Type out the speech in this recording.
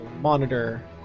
Monitor